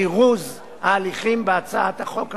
זירוז ההליכים בהצעת החוק הזאת.